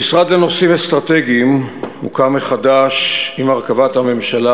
המשרד לנושאים אסטרטגיים הוקם מחדש עם הרכבת הממשלה